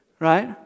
right